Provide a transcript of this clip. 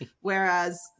Whereas